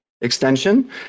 extension